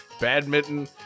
Badminton